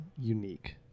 unique